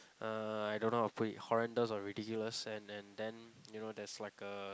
uh I don't know how to put it horrendous or ridiculous and and then you know there's like a